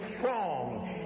strong